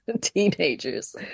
teenagers